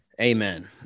Amen